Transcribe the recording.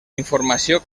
informació